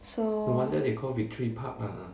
so